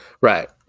right